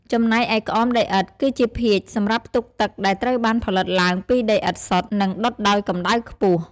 ចំណែកឯក្អមដីឥដ្ឋ គឺជាភាជន៍សម្រាប់ផ្ទុកទឹក ដែលត្រូវបានផលិតឡើងពីដីឥដ្ឋសុទ្ធ និងដុតដោយកម្ដៅខ្ពស់។